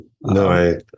No